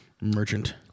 merchant